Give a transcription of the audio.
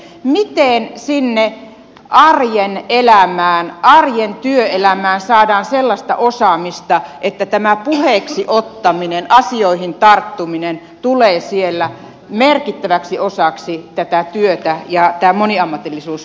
miten sinne arjen elämään arjen työelämään saadaan sellaista osaamista että tämä puheeksi ottaminen asioihin tarttuminen tulee siellä merkittäväksi osaksi tätä työtä ja tämä moniammatillisuus voi toteutua